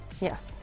Yes